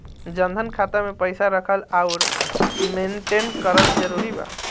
जनधन खाता मे पईसा रखल आउर मेंटेन करल जरूरी बा?